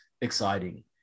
exciting